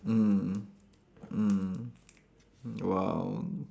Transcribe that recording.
mm mm mm !wow!